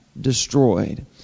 destroyed